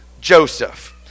Joseph